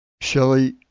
Shelly